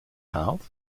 gehaald